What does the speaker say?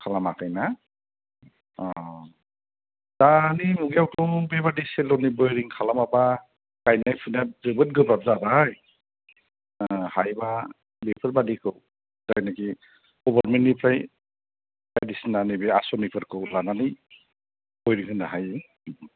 खालामाखै ना अ' दानि मुगायावथ' बेबायदि सेल'नि अयेरिं खालामाबा गायनाय फुनाया जोबोद गोब्राब जाबाय हायोबा बेफोरबायदिखौ जायनाखि गभारमेन्तनिफ्राय बायदिसिना नैबे आस'निफोरखौ लानानै अयेरिं होनो हायो